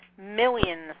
millions